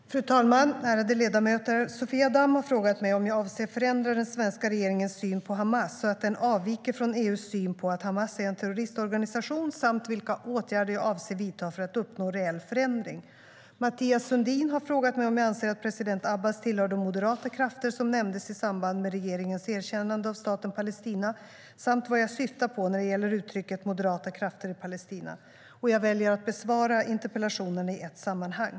Fru talman och ärade ledamöter! Sofia Damm har frågat mig om jag avser att förändra den svenska regeringens syn på Hamas så att den avviker från EU:s syn på att Hamas är en terroristorganisation samt vilka åtgärder jag avser att vidta för att uppnå reell förändring. Mathias Sundin har frågat mig om jag anser att president Abbas tillhör de moderata krafter som nämndes i samband med regeringens erkännande av Staten Palestina samt vad jag syftar på när det gäller uttrycket "moderata krafter i Palestina". Jag väljer att besvara interpellationerna i ett sammanhang.